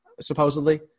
supposedly